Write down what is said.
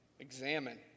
examine